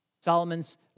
Solomon's